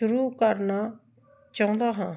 ਸ਼ੁਰੂ ਕਰਨਾ ਚਾਹੁੰਦਾ ਹਾਂ